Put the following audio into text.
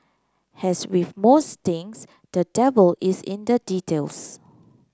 has with most things the devil is in the details